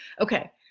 okay